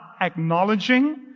acknowledging